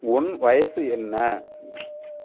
உன் வயசு என்ன